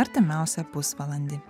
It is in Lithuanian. artimiausią pusvalandį